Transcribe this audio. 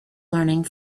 learning